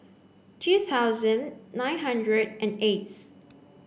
two thousand nine hundred and eighth